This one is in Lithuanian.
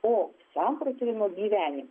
o samprotaujamo gyvenimas